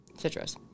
citrus